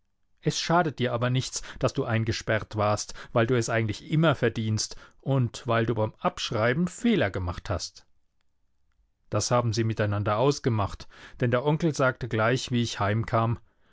es schadet dir aber nichts daß du eingesperrt warst weil du es eigentlich immer verdienst und weil du beim abschreiben fehler gemacht hast das haben sie miteinander ausgemacht denn der onkel sagte gleich wie ich heimkam